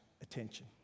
attention